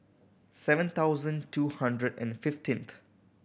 seven thousand two hundred and fifteenth